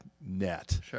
net